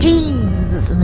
Jesus